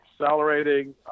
accelerating